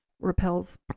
repels